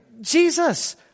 Jesus